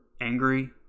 angry